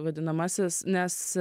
vadinamasis nes